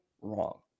wrong